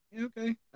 okay